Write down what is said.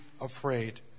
afraid